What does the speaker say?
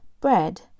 Bread